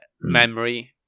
memory